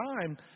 time